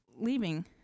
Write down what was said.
leaving